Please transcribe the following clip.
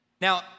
Now